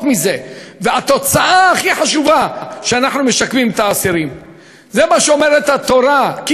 אז התשובה באופן טבעי היא